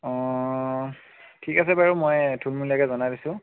অ ঠিক আছে বাৰু মই থুলমুলীয়াকৈ জনাই দিছোঁ